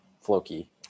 floki